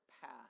path